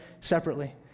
separately